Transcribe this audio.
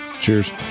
Cheers